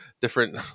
different